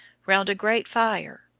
round a great fire.